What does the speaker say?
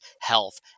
health